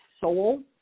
soul